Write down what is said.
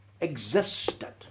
existed